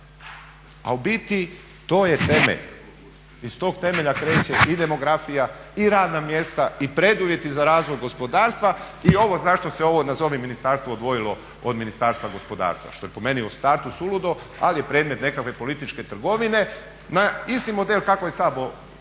A u biti to je temelj i iz tog temelja kreće i demografija i radna mjesta i preduvjeti za razvoj gospodarstva i ovo za što se ovo nazovi ministarstvo odvojilo od Ministarstva gospodarstva, što je po meni u startu suludo ali je predmet nekakve političke trgovine na isti model kako je Sabor osuđen,